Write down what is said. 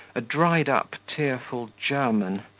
a dried-up, tearful german,